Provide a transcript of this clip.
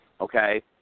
okay